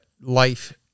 life